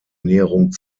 näherung